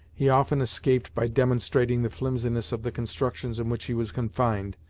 he often escaped by demonstrating the flimsiness of the constructions in which he was confined,